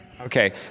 Okay